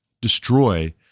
destroy